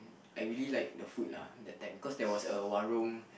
I really liked the food lah that time cause there was a warung